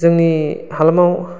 जोंनि हालामाव